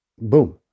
boom